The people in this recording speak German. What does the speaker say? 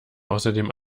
außerdem